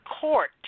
court